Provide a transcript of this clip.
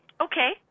Okay